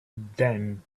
then